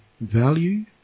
value